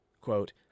quote